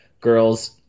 girls